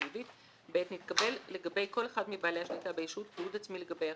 אקטיבית; נתקבל לגבי כל אחד מבעלי השליטה בישות תיעוד עצמי לגבי יחיד,